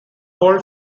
hall